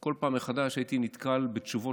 בכל פעם מחדש הייתי נתקל בתשובות,